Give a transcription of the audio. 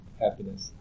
happiness